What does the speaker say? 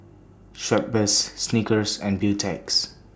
Schweppes Snickers and Beautex